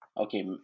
okay